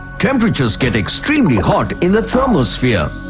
temperatures get extremely hot in the thermosphere.